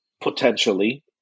potentially